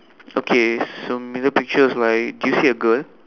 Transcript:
okay so middle picture is like do you see a girl